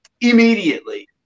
immediately